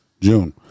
June